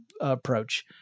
approach